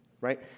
right